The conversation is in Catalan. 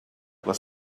les